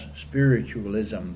spiritualism